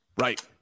Right